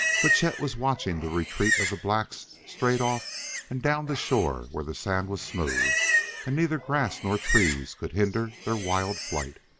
but chet was watching the retreat of the blacks straight off and down the shore where the sand was smooth and neither grass nor trees could hinder their wild flight.